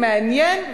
מעניין,